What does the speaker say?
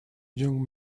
young